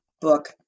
book